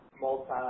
Multi